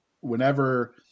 whenever –